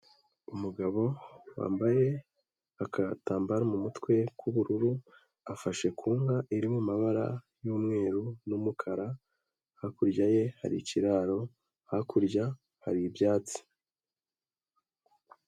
Umugabo wambaye agatambaro mu mutwe k'ubururu, afashe ku nka iri mu mabara y'umweru n'umukara, hakurya ye hari ikiraro, hakurya hari ibyatsi.